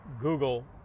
Google